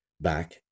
back